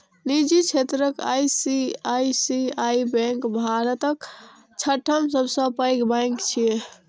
निजी क्षेत्रक ICICI bank भारतक छठम सबसं पैघ बैंक छियै